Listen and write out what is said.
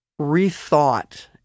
rethought